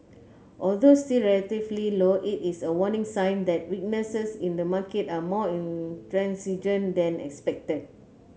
although still relatively low it is a warning sign that weaknesses in the market are more intransigent than expected